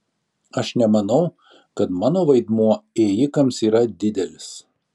aš nemanau kad mano vaidmuo ėjikams yra didelis